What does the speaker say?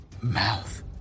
mouth